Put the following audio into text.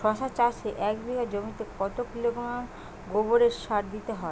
শশা চাষে এক বিঘে জমিতে কত কিলোগ্রাম গোমোর সার দিতে হয়?